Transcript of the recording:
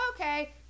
okay